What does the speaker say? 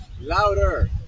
Louder